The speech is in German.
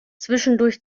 zwischendurch